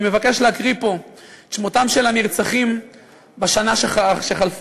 אני מבקש להקריא פה את שמותיהם של הנרצחים בשנה שחלפה: